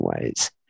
ways